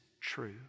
true